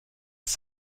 ist